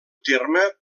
terme